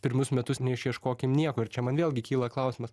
pirmus metus neieškokim nieko ir čia man vėlgi kyla klausimas